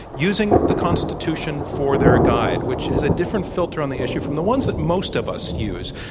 using the constitution for their guide, which is a different filter on the issue from the ones that most of us use.